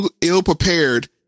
ill-prepared